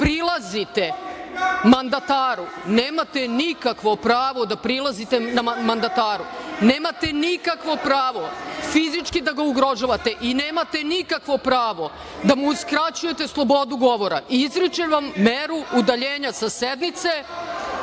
prilazite mandataru. Nemate nikakvo pravo da prilazite mandataru. Nemate nikakvo pravo fizički da ga ugrožavate i nemate nikakvo pravo da mu uskraćujete slobodu govora. Izričem vam meru udaljenja sa sednice